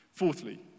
Fourthly